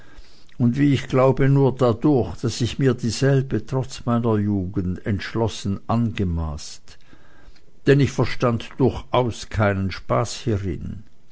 und wie ich glaube nur dadurch daß ich mir dieselbe trotz meiner jugend entschlossen angemaßt denn ich verstand durchaus keinen spaß hierin